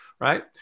right